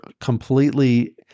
completely